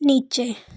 नीचे